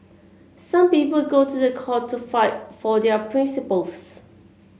some people go to the court to fight for their principles